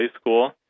school